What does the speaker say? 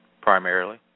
primarily